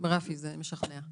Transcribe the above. רפי, זה משכנע.